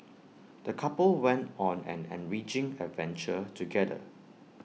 the couple went on an enriching adventure together